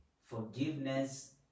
Forgiveness